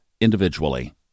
individually